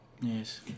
Yes